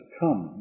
come